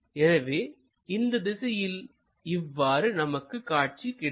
எனவே இந்த திசையில் இவ்வாறு நமக்கு காட்சி கிடைக்கும்